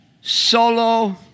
solo